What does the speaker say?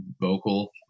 vocal